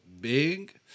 big